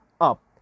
up